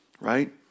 right